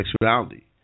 sexuality